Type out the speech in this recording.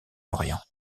orient